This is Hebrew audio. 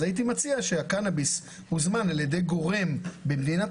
הייתי מציע שהקנאביס הוזמן על ידי גורם במדינת